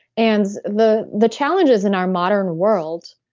and the the challenges in our modern world,